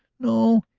no.